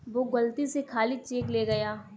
वो गलती से खाली चेक ले गया